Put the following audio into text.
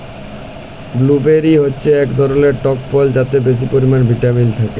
blueberry হচ্যে এক ধরলের টক ফল যাতে বেশি পরিমালে ভিটামিল থাক্যে